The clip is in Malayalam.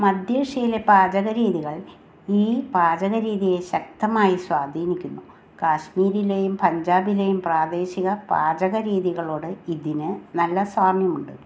മധ്യേഷ്യയിലെ പാചകരീതികൾ ഈ പാചകരീതിയെ ശക്തമായി സ്വാധീനിക്കുന്നു കാശ്മീരിലെയും പഞ്ചാബിലെയും പ്രാദേശിക പാചകരീതികളോട് ഇതിന് നല്ല സാമ്യമുണ്ട്